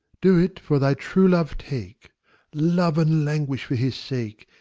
do it for thy true-love take love and languish for his sake.